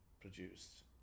produced